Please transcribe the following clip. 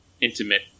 intimate